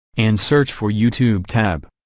and search for youtube tab